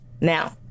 Now